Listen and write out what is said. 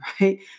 right